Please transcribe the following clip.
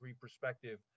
perspective